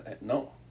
no